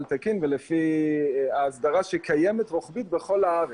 תקין ולפי ההסדרה שקיימת רוחבית בכל הארץ.